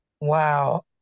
Wow